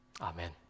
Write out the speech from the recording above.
Amen